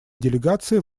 делегацией